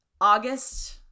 August